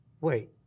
wait